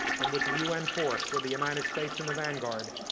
in which a un force, with the united states in the vanguard,